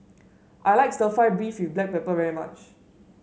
I like stir fry beef with Black Pepper very much